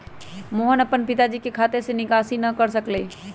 मोहन अपन पिताजी के खाते से निकासी न कर सक लय